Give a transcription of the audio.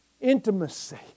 intimacy